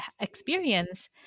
experience